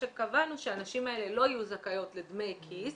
שקבענו שהנשים האלה לא יהיו זכאיות לדמי כיס